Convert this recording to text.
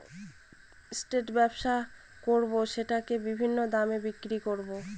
stock ব্যবসা করাবো সেটাকে বিভিন্ন দামে বিক্রি করে